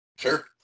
Sure